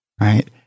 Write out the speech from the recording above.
right